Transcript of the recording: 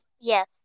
Yes